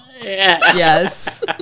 Yes